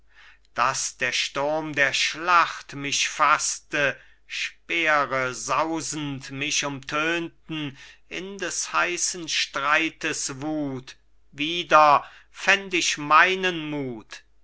daß der sturm der schlacht mich faßte speere sausend mich umtönten in des heißen streites wut wieder fänd ich meinen mut